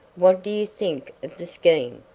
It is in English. what do you think of the scheme?